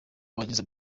wageze